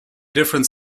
different